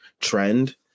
trend